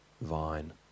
vine